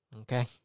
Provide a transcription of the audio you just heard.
okay